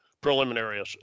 preliminary